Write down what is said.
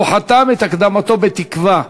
הוא חתם את הקדמתו בתקווה: